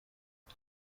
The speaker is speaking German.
ich